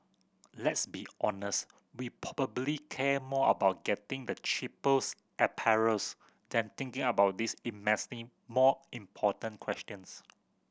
let's be honest we probably care more about getting the cheapest apparels than thinking about these immensely more important questions